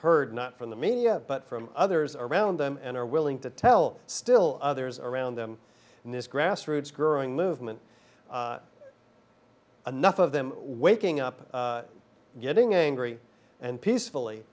heard not from the media but from others around them and are willing to tell still others around them and this grassroots growing movement enough of them waking up getting angry and peacefully